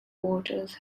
waters